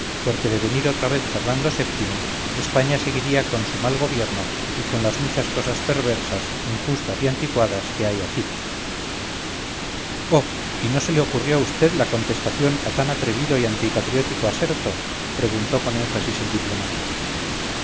porque de venir otra vez fernando vii españa seguiría con su mal gobierno y con las muchas cosas perversas injustas y anticuadas que hay aquí oh y no se le ocurrió a vd la contestación a tan atrevido y antipatriótico aserto preguntó con énfasis el diplomático